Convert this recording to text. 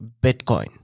Bitcoin